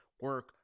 Work